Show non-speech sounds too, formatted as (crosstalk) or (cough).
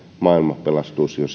maailma pelastuisi jo (unintelligible)